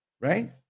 Right